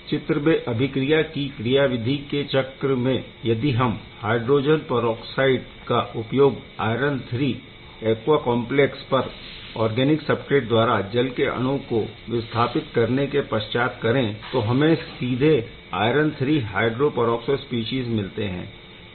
चित्र में अभिक्रिया की क्रियाविधि के चक्र में यदि हम हाइड्रोजन परऑक्साइड का उपयोग आइरन III ऐक्वा कॉम्प्लेक्स पर और्गेनिक सबस्ट्रेट द्वारा जल के अणु को विस्थापित करने के पश्चात करें तो हमें सीधे iron III hydro peroxo species मिलते है